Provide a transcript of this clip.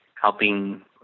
helping